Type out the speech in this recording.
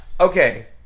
Okay